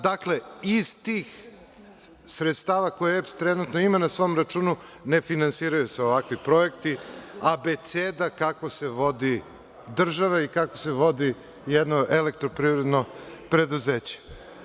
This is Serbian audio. Dakle, iz tih sredstava koje EPS trenutno ima na svom računu ne finansiraju se ovakvi projekti, abeceda kako se vodi država i kako se vodi jedno elektroprivredno preduzeće.